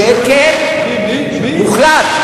קדימה, שקט מוחלט.